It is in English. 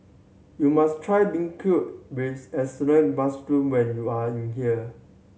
you must try beancurd with assorted mushroom when you are here